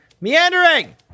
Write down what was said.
Meandering